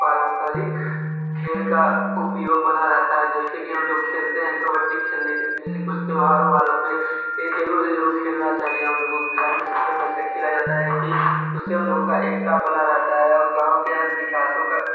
पारम्परिक खेल का उपयोग बना रहता है जिससे कि हम लोग खेलते हैं कबड्डी खेलने के लिए जैसे कुछ त्यौहारों उहारो पे एक जरूर से जरूर खेलना चाहिए हम लोगों को ग्रामीण क्षेत्रों में ऐसे खेला जाता है कि उससे हम लोगों का एकता बना रहता है औ गाँव के अन्य विकासों का